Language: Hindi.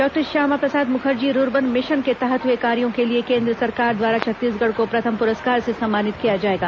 doctor Shyamaprasad Mukherjee rurban mission के तहत हुए कार्यों के लिए केंद्र सरकार द्वारा छत्तीसगढ़ को प्रथम पुरस्कार से सम्मानित किया जाएगा